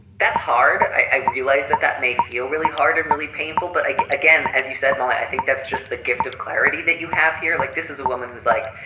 that's hard. i realize that that may feel really hard and really painful. but again, as you said, molly, i think that's just the gift of clarity that you have here. like this is a woman who's like,